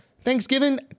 thanksgiving